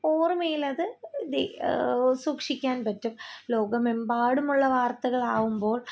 ഓർമ്മയിലത് സൂക്ഷിക്കാൻ പറ്റും ലോകമെമ്പാടുമുള്ള വാർത്തകളാകുമ്പോൾ